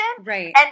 Right